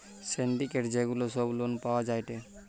syndicate যে গুলা সব লোন পাওয়া যায়টে